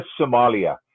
Somalia